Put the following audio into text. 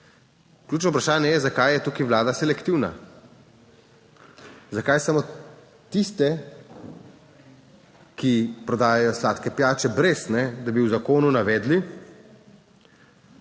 Ključno vprašanje je, zakaj je tukaj Vlada selektivna. Zakaj samo tiste, ki prodajajo sladke pijače, brez da bi v zakonu navedli